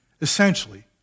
Essentially